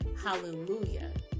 Hallelujah